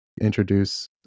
introduce